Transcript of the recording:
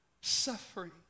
suffering